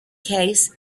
case